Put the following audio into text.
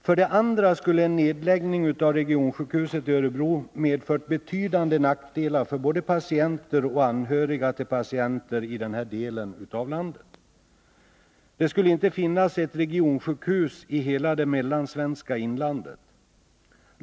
För det andra skulle en nedläggning av regionsjukhuset i Örebro ha medfört betydande nackdelar för både patienter och anhöriga till patienter i den här delen av landet. Det skulle inte ha funnits ett regionsjukhus i hela det mellansvenska inlandet.